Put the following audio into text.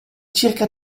circa